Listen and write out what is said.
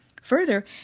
Further